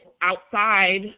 outside